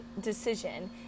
decision